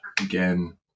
again